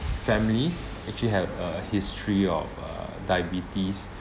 family actually had a history of uh diabetes